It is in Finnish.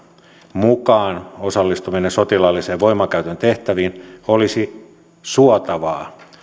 mukaan osallistumisen sotilaallisen voimankäytön tehtäviin olisi suotavaa